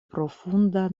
profunda